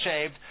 shaved